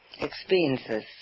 experiences